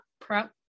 prep